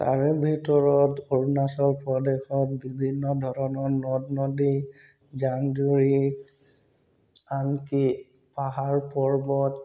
তাৰে ভিতৰত অৰুণাচল প্ৰদেশত বিভিন্ন ধৰণৰ নদ নদী জান জুৰি আনকি পাহাৰ পৰ্বত